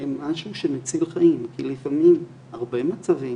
הן משהו שמציל חיים, כי לפעמים בהרבה מצבים